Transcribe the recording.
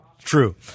True